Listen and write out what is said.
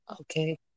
Okay